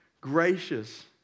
gracious